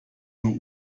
nur